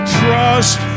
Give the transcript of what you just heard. trust